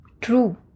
True